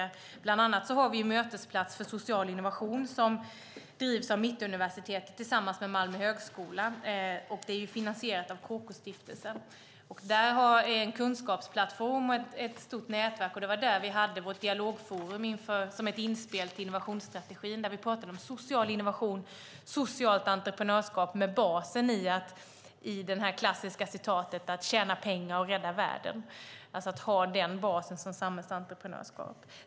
Vi har bland annat Mötesplats för social innovation som drivs av Mittuniversitetet tillsammans med Malmö högskola. Det är finansierat av KK-stiftelsen. Där finns en kunskapsplattform och ett stort nätverk. Det var där vi hade vårt dialogforum som ett inspel till innovationsstrategin. Där pratade vi om social innovation och socialt entreprenörskap med basen i det klassiska citatet att tjäna pengar och rädda världen, det vill säga att ha den basen för samhällsentreprenörskap.